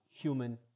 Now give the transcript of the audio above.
human